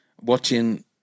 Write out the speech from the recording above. watching